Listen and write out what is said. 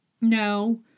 No